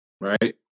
right